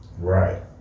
right